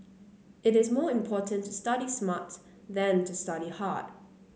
it is more important to study smart than to study hard